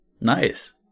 Nice